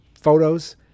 photos